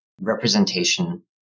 representation